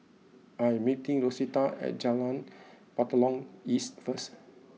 I am meeting Rosita at Jalan Batalong East first